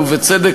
ובצדק,